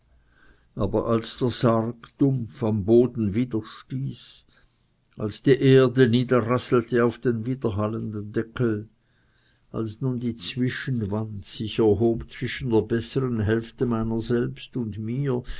aber als der sarg dumpf am boden widerstieß als die erde niederrasselte auf den widerhallenden deckel als nun die zwischenwand sich erhob zwischen der bessern hälfte meiner selbst und mir